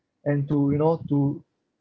and to you know to